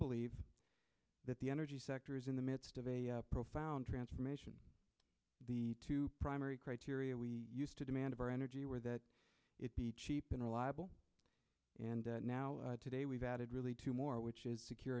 believe that the energy sector is in the midst of a profound transformation the primary criteria we use to demand our energy where that it be cheap and reliable and now today we've added really to more which is secure